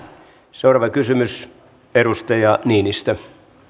seuraava kysymys edustaja niinistö